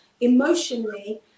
emotionally